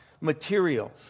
material